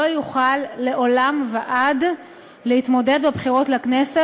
לא יוכל לעולם ועד להתמודד בבחירות לכנסת